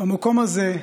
אני